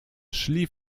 szli